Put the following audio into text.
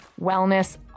wellness